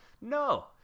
No